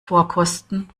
vorkosten